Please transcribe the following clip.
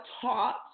taught